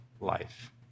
life